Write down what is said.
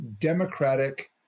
democratic